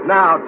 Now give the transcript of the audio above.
Now